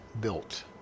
built